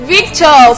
Victor